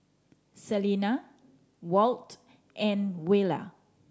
Selena Walt and Twyla